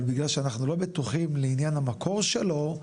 אבל בגלל שאנחנו לא בטוחים, לעניין המקור שלו,